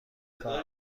خواهم